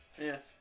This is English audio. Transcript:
Yes